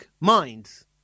minds